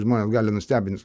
žmones gali nustebint